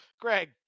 Greg